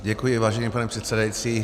Děkuji, vážený pane předsedající.